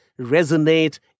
resonate